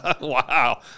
Wow